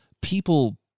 people